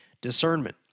discernment